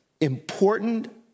important